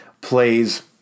plays